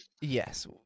yes